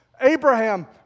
Abraham